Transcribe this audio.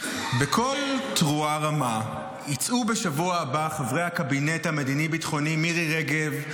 בקול תרועה רמה יצאו בשבוע הבא חברי הקבינט המדיני הביטחוני מירי רגב,